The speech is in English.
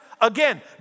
again